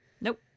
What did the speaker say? Nope